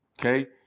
Okay